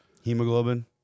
hemoglobin